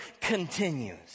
continues